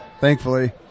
thankfully